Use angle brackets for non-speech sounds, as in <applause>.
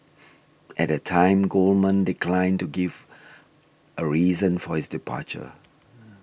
at the time Goldman declined to give a reason for his departure <noise>